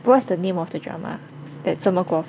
what's the name of the drama that 这么过